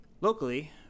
locally